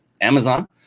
Amazon